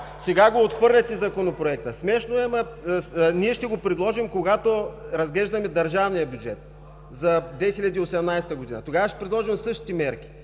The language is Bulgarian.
Сега отхвърляте Законопроекта. Смешно е, но…! Ние ще го предложим, когато разглеждаме държавния бюджет за 2018 г. Тогава ще предложим същите мерки